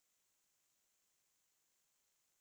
oh so no no chance to go and